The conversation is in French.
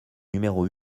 numéro